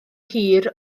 hir